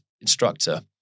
instructor